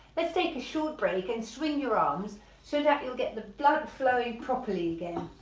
let's take a short break and swing your arms so that you'll get the blood flowing properly again,